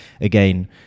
again